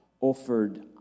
offered